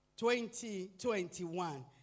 2021